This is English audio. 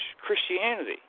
Christianity